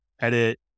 edit